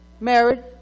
married